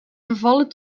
vervallen